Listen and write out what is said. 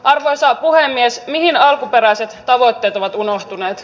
arvoisa puhemies mihin alkuperäiset tavoitteet ovat unohtuneet